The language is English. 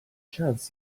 chance